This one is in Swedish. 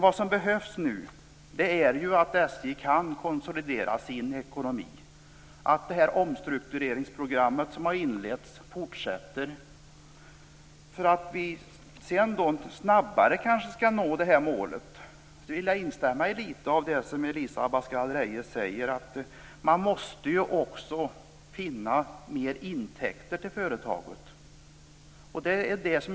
Vad som behövs nu är att SJ konsoliderar sin ekonomi och att det omstruktureringsprogram som har inletts fortsätter. Då kan man snabbare nå målet. Jag instämmer i litet av det som Elisa Abascal Reyes säger, nämligen att företaget också måste finna mer intäkter.